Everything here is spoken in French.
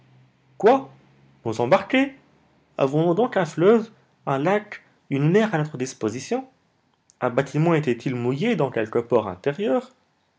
quoi nous embarquer avions-nous donc un fleuve un lac une mer à notre disposition un bâtiment était-il mouillé dans quelque port intérieur